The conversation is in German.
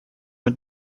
mit